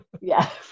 Yes